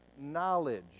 knowledge